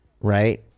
right